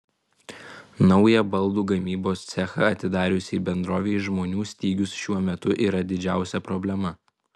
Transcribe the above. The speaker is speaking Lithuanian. naują baldų gamybos cechą atidariusiai bendrovei žmonių stygius šiuo metu yra didžiausia problema